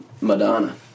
Madonna